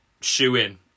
shoe-in